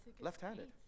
left-handed